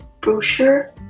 brochure